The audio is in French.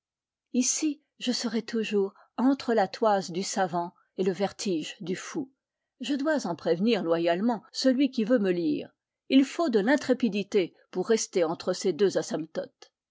ici je serai toujours entre la toise du savant et le vertige du fou je dois en prévenir loyalement celui qui veut me lire il faut de l'intrépidité pour rester entre ces deux asymptotes